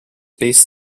based